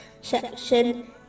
section